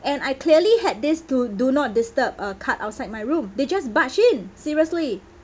and I clearly had this to do not disturb uh card outside my room they just barged in seriously